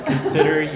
Consider